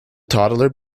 toddler